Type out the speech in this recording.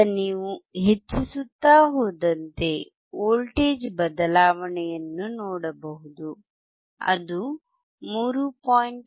ಈಗ ನೀವು ಹೆಚ್ಚಿಸುತ್ತಾ ಹೋದಂತೆ ವೋಲ್ಟೇಜ್ ಬದಲಾವಣೆಯನ್ನು ನೋಡಬಹುದು ಅದು 3